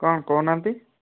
କ'ଣ କହୁ ନାହାନ୍ତି